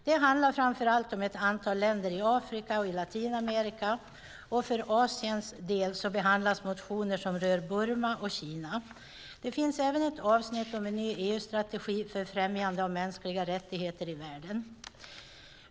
Det handlar framför allt om ett antal länder i Afrika och i Latinamerika, och för Asiens del behandlas motioner som rör Burma och Kina. Det finns även ett avsnitt om en ny EU-strategi för främjande av mänskliga rättigheter i världen.